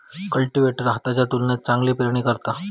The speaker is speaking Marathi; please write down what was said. कल्टीवेटर हाताच्या तुलनेत चांगली पेरणी करता